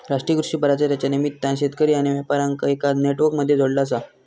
राष्ट्रीय कृषि बाजारच्या निमित्तान शेतकरी आणि व्यापार्यांका एका नेटवर्क मध्ये जोडला आसा